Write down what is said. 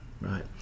right